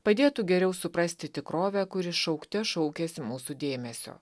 padėtų geriau suprasti tikrovę kuri šaukte šaukiasi mūsų dėmesio